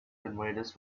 invaders